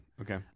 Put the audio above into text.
okay